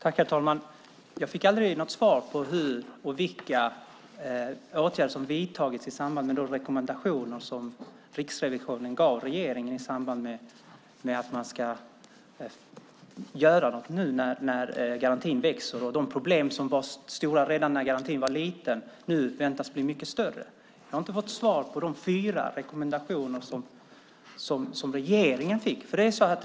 Herr talman! Jag fick aldrig något svar på vilka åtgärder som har vidtagits till följd av de rekommendationer som Riksrevisionen gav regeringen i samband med att man ska göra något nu när antalet personer i garantin växer och de problem som var stora redan när antalet var litet nu väntas bli mycket större. Jag har inte fått svar angående de fyra rekommendationer som regeringen fick.